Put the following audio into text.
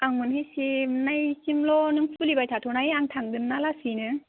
आं मोनहै सिमनाय सिमल' नों खुलिबाय थाथनाय आं थांगोन्ना लासैनो